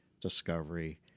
discovery